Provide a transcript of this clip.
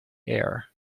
air